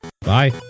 Bye